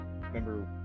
remember